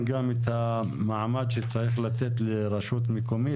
והמעמד שצריך לתת לרשות מקומית.